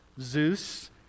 Zeus